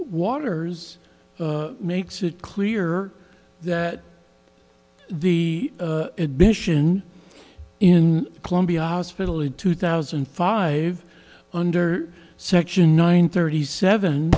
waters makes it clear that the admission in columbia hospital in two thousand and five under section nine thirty seven